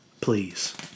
Please